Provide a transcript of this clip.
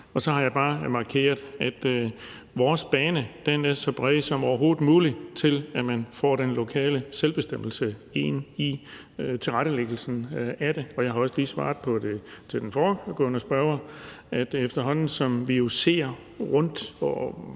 Så har jeg bare markeret, at vores bane er så bred som overhovedet muligt, i forhold til at man får den lokale selvbestemmelse ind i tilrettelæggelsen af det. Og jeg har også lige svaret den foregående spørger, at vi jo efterhånden kan se